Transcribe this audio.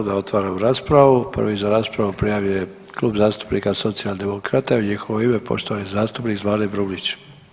Onda otvaram raspravu, prvi za raspravu prijavio je Klub zastupnika Socijaldemokrata i u njihovo ime poštovani zastupnik Zvane Brumnić.